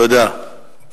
תודה.